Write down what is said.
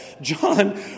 John